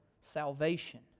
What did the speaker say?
salvation